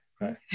Right